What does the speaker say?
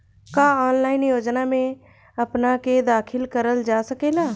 का ऑनलाइन योजनाओ में अपना के दाखिल करल जा सकेला?